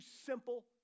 simple